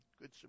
good